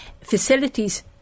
Facilities